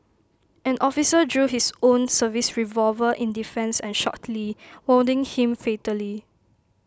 an officer drew his own service revolver in defence and shot lee wounding him fatally